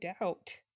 doubt